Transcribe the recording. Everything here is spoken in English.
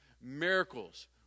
Miracles